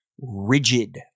rigid